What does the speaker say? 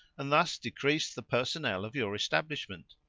and thus decrease the personnel of your establishment.